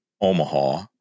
Omaha